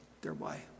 thereby